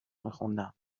میخوندم